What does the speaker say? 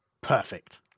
perfect